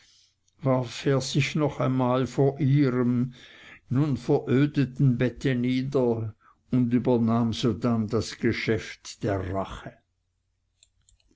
sich noch einmal vor ihrem nun verödeten bette nieder und übernahm sodann das geschäft der rache